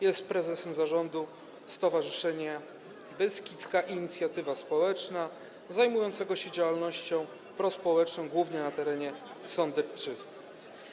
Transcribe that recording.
Jest prezesem zarządu stowarzyszenia Beskidzka Inicjatywa Społeczna zajmującego się działalnością prospołeczną, głównie na terenie Sądecczyzny.